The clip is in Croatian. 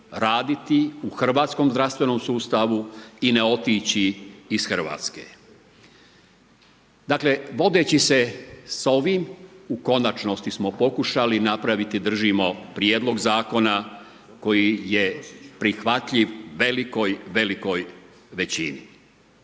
raditi u hrvatskom zdravstvenom sustavu i ne otići iz Hrvatske. Dakle, vodeći se s ovim, u konačnosti smo pokušali napraviti držimo Prijedlog Zakona koji je prihvatljiv velikoj, velikoj većini.